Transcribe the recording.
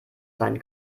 sein